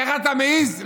איך אתה מעז לחגוג?